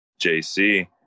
JC